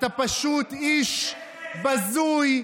אתה פשוט איש בזוי,